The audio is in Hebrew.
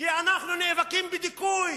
אנחנו נאבקים בדיכוי